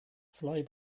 fly